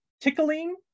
tickling